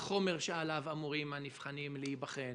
החומר שעליו אמורים הנבחנים להיבחן